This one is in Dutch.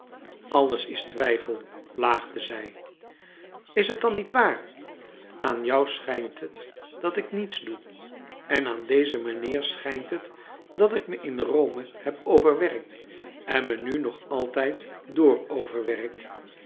alles is twijfel plaagde zij is het dan niet waar aan jou schijnt het dat ik niets doe en aan dezen meneer schijnt het dat ik me in rome heb overwerkt en me nu nog altijd overwerk